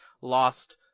lost